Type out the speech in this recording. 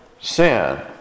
sin